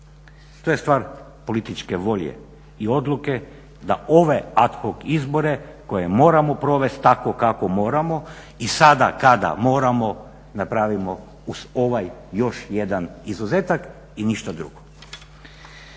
To je stvar političke volje i odluke da ove ad hoc izbore koje moramo provesti tako kako moramo i sada kada moramo napravimo uz ovaj još jedan izuzetak i ništa drugo.